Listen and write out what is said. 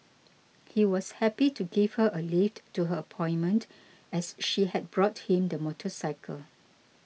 he was happy to give her a lift to her appointment as she had bought him the motorcycle